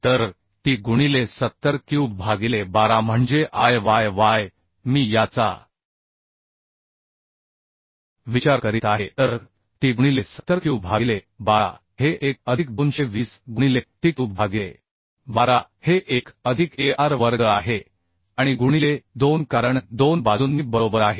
तर t गुणिले 70 cube भागिले 12 म्हणजे Iyy मी याचा विचार करीत आहे तर t गुणिले 70 क्यूब भागिले 12 हे एक अधिक 220 गुणिले t क्यूब भागिले 12 हे एक अधिक a r वर्ग आहे आणि गुणिले 2 कारण 2 बाजूंनी बरोबर आहे